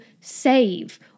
save